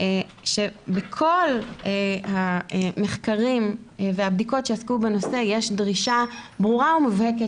שבכל המחקרים והבדיקות שעסקו בנושא יש דרישה ברורה ומובהקת